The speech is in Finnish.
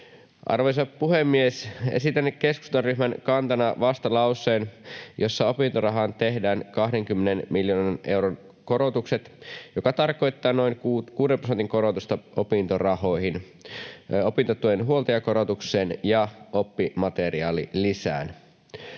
Arvoisa puhemies! Esitän keskustan ryhmän kantana vastalauseen, jossa opintorahaan tehdään 20 miljoonan euron korotukset, mikä tarkoittaa noin kuuden prosentin korotusta opintorahoihin, opintotuen huoltajakorotukseen ja oppimateriaalilisään.